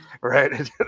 Right